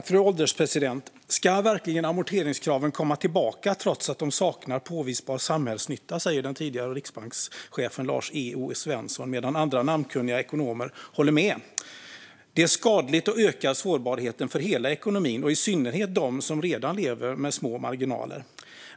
Fru ålderspresident! "Ska verkligen amorteringskraven komma tillbaka, trots att de saknar påvisbar samhällsnytta?" säger den tidigare riksbankschefen Lars E O Svensson, och andra namnkunniga ekonomer säger detsamma. Kravet är skadligt och ökar sårbarheten för hela ekonomin och i synnerhet för dem som redan lever på små marginaler.